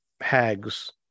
hags